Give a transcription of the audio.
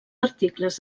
articles